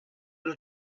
able